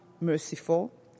merciful